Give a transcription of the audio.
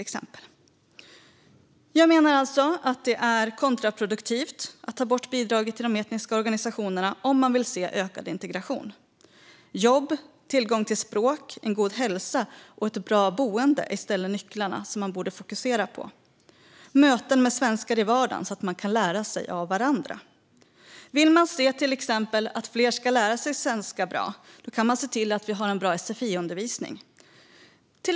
Det är alltså kontraproduktivt att ta bort bidraget till de etniska organisationerna om man vill se ökad integration. Jobb, tillgång till språk, en god hälsa och ett bra boende är i stället de nycklar som man borde fokusera på liksom på möten med svenskar i vardagen så att man kan lära sig av varandra. Vill man att fler ska lära sig svenska bra kan man se till att vi får en bra sfi-undervisning.